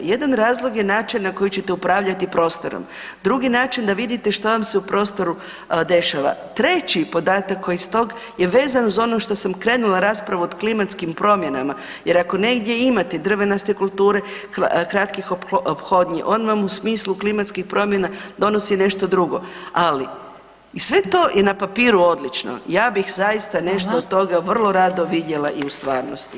Jedan razlog je način na koji ćete upravljati prostorom, drugi način da vidite što vam se u prostoru dešava, treći podatak koji iz tog, je vezan uz ono što sam krenula raspravu o klimatskim promjenama, jer ako negdje imate drvenaste kulture kratkih ophodnji, on vam u smislu klimatskih promjena donosi nešto drugo, ali i sve to na papiru je odlučno, ja bih zaista nešto od toga vrlo rado vidjela i u stvarnosti.